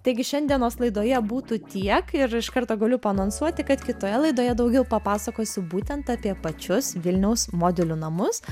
taigi šiandienos laidoje būtų tiek ir iš karto galiu paanonsuoti kad kitoje laidoje daugiau papasakosiu būtent apie pačius vilniaus modelių namus